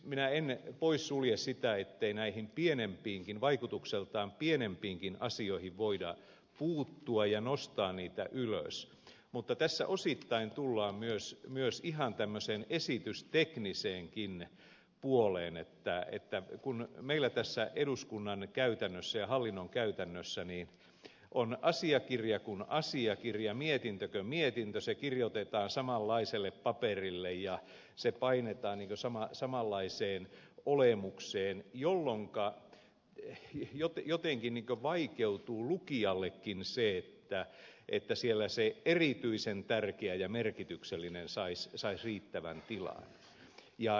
minä en sulje pois sitä ettei näihin vaikutukseltaan pienempiinkin asioihin voida puuttua ja nostaa niitä ylös mutta tässä osittain tullaan myös ihan tämmöiseen esitystekniseenkin puoleen että meillä tässä eduskunnan käytännössä ja hallinnon käytännössä on asiakirja kuin asiakirja mietintö kuin mietintö se kirjoitetaan samanlaiselle paperille ja se painetaan samanlaiseen olemukseen jolloinka jotenkin lukijallekin vaikeutuu se että siellä se erityisen tärkeä ja merkityksellinen saisi riittävän tilan